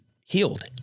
healed